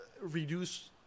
reduce